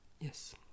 yes